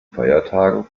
feiertagen